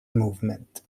movement